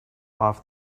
off